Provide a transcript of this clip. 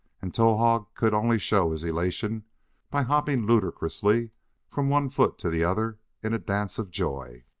and towahg could only show his elation by hopping ludicrously from one foot to the other in a dance of joy.